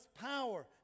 power